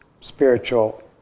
spiritual